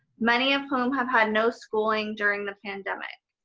many of whom have had no schooling during the pandemic.